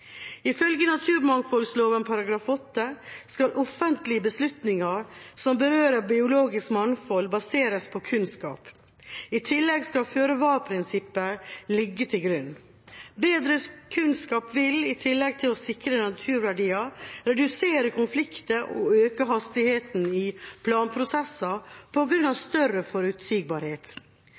Ifølge naturmangfoldloven § 8 skal offentlige beslutninger som berører biologisk mangfold, baseres på kunnskap. I tillegg skal føre-var-prinsippet ligge til grunn. Bedre kunnskap vil, i tillegg til å sikre naturverdier, redusere konflikter og øke hastigheten i planprosesser